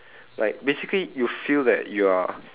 like basically you feel that you are